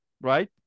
Right